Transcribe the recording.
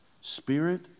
spirit